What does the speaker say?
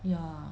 ya